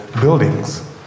buildings